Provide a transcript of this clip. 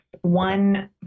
one